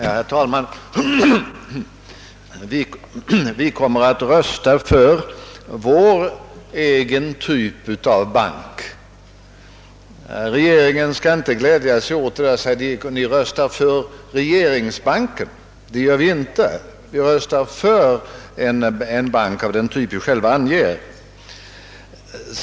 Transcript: Herr talman! Vi kommer att rösta för vår egen typ av bank. Regeringen skall inte glädja sig åt att vi skulle rösta för den av regeringen föreslagna banken. Det gör vi inte. Vi röstar för en bank av den typ vi själva anger.